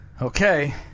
Okay